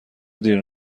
دیر